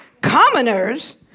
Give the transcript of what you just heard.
commoners